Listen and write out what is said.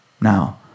Now